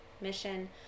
mission